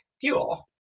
fuel